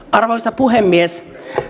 arvoisa puhemies